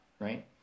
Right